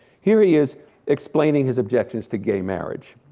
here he is explaining his objectives to gay marriage,